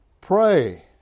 pray